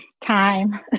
time